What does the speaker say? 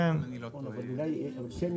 אם אני לא טועה, בחוקים סביבתיים.